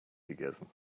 gegessen